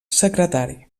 secretari